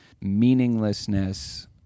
meaninglessness